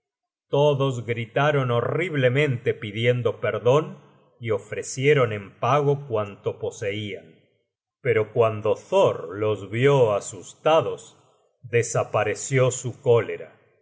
todos gritaron horriblemente pidiendo perdon y ofrecieron en pago cuanto poseian pero cuando thor los vió asustados desapareció su cólera